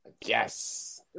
Yes